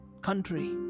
country